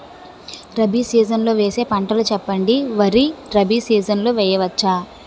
Rabi season లో వేసే పంటలు చెప్పండి? వరి రబీ సీజన్ లో వేయ వచ్చా?